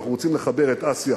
אנחנו רוצים לחבר את אסיה